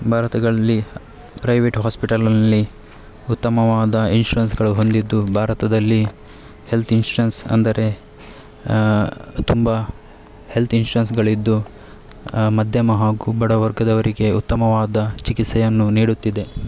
ಭಾರತಗಳಲ್ಲಿ private ಹಾಸ್ಪಿಟಲ್ನಲ್ಲಿ ಉತ್ತಮವಾದ ಇನ್ಶೂರೆನ್ಸ್ಗಳು ಹೊಂದಿದ್ದು ಭಾರತದಲ್ಲಿ ಹೆಲ್ತ್ ಇನ್ಶೂರೆನ್ಸ್ ಅಂದರೆ ತುಂಬ ಹೆಲ್ತ್ ಇನ್ಶೂರೆನ್ಸ್ಗಳಿದ್ದು ಮಧ್ಯಮ ಹಾಗು ಬಡ ವರ್ಗದವರಿಗೆ ಉತ್ತಮವಾದ ಚಿಕಿತ್ಸೆಯನ್ನು ನೀಡುತ್ತಿದೆ